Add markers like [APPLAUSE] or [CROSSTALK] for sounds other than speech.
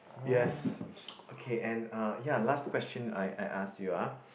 yes [NOISE] okay and uh ya last question I I ask you ah